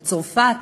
בצרפת,